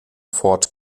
fort